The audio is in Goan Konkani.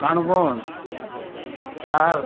काणकोण साल